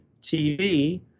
TV